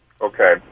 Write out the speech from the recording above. okay